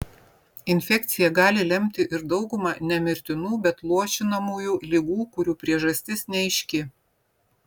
infekcija gali lemti ir daugumą ne mirtinų bet luošinamųjų ligų kurių priežastis neaiški